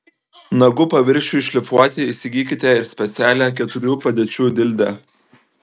nagų paviršiui šlifuoti įsigykite ir specialią keturių padėčių dildę